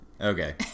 Okay